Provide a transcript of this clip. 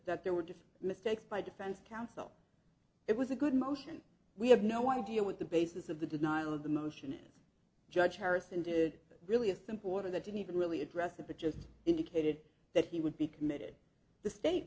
that there were just mistakes by defense counsel it was a good motion we have no idea what the basis of the denial of the motion is judge harrison did really a simple order that didn't even really address of the just indicated that he would be committed the state